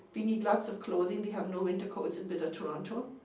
we need lots of clothing. we have no winter coats in bitter toronto.